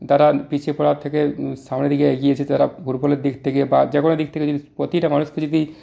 তারা পিছিয়ে পড়া থেকে সামনের দিকে এগিয়েছে তারা ফুটবলের দিক থেকে বা যে কোনো দিক থেকে যদি প্রতিটা মানুষকে যদি